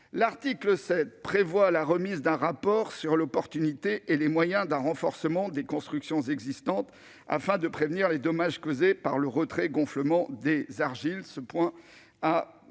L'article 7 prévoit la remise d'un rapport sur l'opportunité et les moyens d'un renforcement des constructions existantes afin de prévenir les dommages causés par le retrait-gonflement des argiles